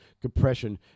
compression